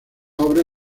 obra